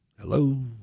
hello